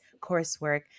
coursework